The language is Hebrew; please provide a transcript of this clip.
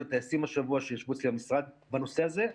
הטייסים השבוע אצלי במשרד בנושא הזה.